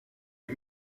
est